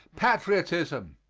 patriotism.